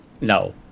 No